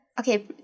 Okay